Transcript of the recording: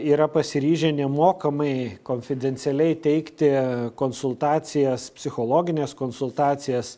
yra pasiryžę nemokamai konfidencialiai teikti konsultacijas psichologines konsultacijas